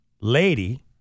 lady